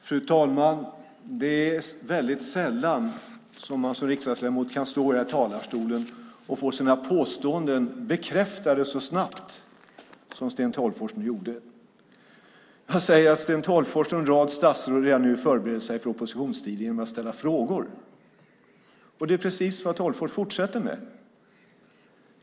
Fru talman! Det är väldigt sällan som man som riksdagsledamot i talarstolen kan få sina påståenden bekräftade så snabbt som Sten Tolgfors nu gjorde. Han säger att Sten Tolgfors och en rad statsråd gör sig förberedda för oppositionstiden genom att ställa frågor. Det får Sten Tolgfors fortsätta med.